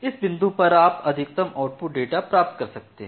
इस बिंदु पर आप अधिकतम आउटपुट डेटा प्राप्त कर सकते हैं